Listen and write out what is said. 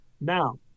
now